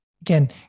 again